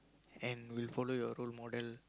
and will follow your role model